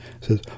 says